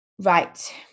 Right